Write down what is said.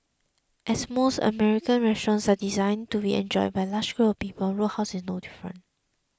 as most American restaurants are designed to be enjoyed by large groups of people Roadhouse is no different